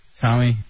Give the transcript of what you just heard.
Tommy